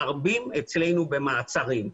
מרבים אצלנו במעצרים.